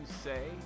say